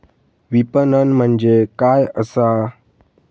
विपणन म्हणजे काय असा?